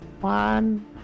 One